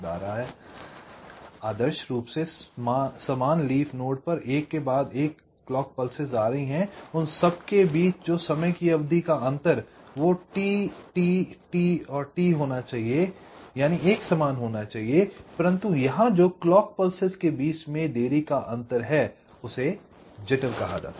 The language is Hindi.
आदर्श रूप से समान लीफ नोड पर एक के बाद एक क्लॉक पल्सेस आ रही हैं उन सब के बीच समय की अवधि का अंतर TTTT होना चाहिए परन्तु यहां जो क्लॉक पल्सेस के बीच में देरी का अंतर है उसे जिटर कहा जाता है